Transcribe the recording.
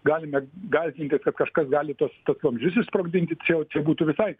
galime gąsdintis kad kažkas gali tuos tuos vamzdžius išsprogdinti tai čia jau būtų visai